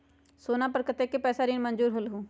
सोना पर कतेक पैसा ऋण मंजूर होलहु?